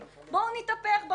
בואו נתחלף.